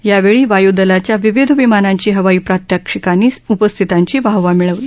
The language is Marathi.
यावेळी वाय्दलाच्या विविध विमानांची हवाई प्रात्याक्षिकांनी उपस्थितांची वाहवा मिळवली